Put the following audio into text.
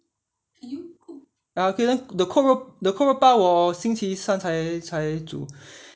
ah 可以 lah the 扣肉 the 扣肉包我星期三才才煮